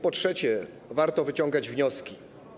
Po trzecie, warto wyciągać wnioski.